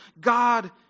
God